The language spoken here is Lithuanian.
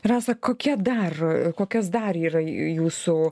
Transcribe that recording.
rasa kokia dar kokios dar yra jūsų